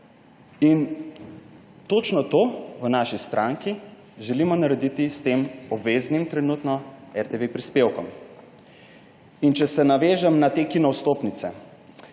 In točno to v naši stranki želimo narediti s tem trenutno obveznim RTV prispevkom. In če se navežem na te kino vstopnice.